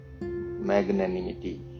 magnanimity